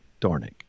Dornick